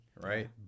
right